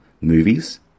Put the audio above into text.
Movies